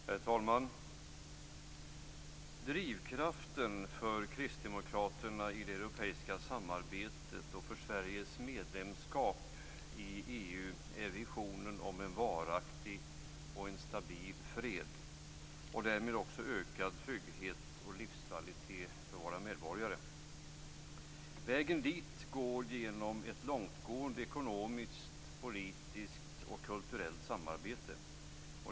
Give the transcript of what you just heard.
Herr talman! Drivkraften för kristdemokraterna i det europeiska samarbetet och för Sveriges medlemskap i EU är visionen om en varaktig och stabil fred och därmed ökad trygghet och livskvalitet för våra medborgare. Vägen dit går genom ett långtgående ekonomiskt, politiskt och kulturellt samarbete.